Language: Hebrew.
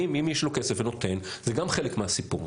מי שיש לו כסף ונותן, זה גם חלק מהסיפור.